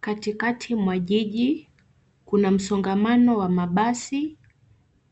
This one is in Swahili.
Kati kati mwa jiji kuna msongamano wa mabasi